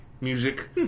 music